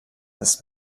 ist